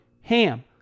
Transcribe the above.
HAM